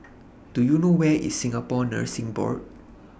Do YOU know Where IS Singapore Nursing Board